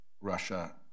Russia